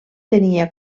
tenia